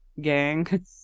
gang